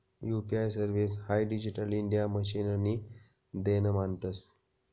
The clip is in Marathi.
यू.पी.आय सर्विस हाई डिजिटल इंडिया मिशननी देन मानतंस